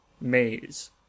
maze